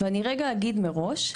ואני רגע אגיד מראש,